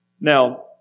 Now